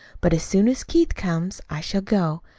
but as soon as keith comes, i shall go.